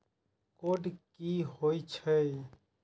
Code की होय छै?